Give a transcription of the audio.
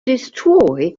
destroy